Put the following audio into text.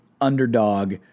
underdog